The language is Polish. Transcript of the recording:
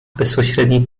bezpośredniej